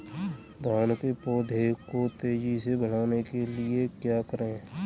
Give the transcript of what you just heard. धान के पौधे को तेजी से बढ़ाने के लिए क्या करें?